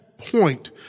point